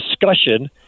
discussion